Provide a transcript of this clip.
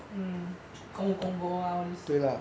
mm gong gong hua all these